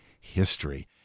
history